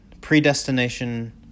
predestination